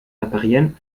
reparieren